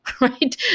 right